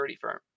firm